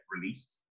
released